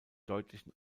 deutlichen